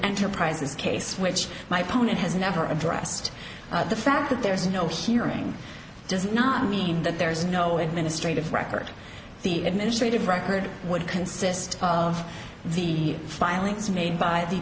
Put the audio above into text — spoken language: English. enterprises case which my opponent has never addressed the fact that there is no hearing does not mean that there is no administrative record the administrative record would consist of the filings made by the